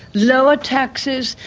lower taxes,